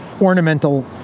ornamental